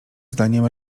zdaniem